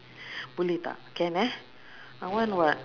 boleh tak can eh I want [what]